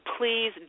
please